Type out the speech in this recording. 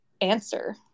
answer